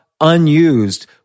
unused